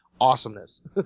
awesomeness